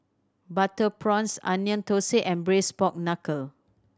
butter prawns Onion Thosai and Braised Pork Knuckle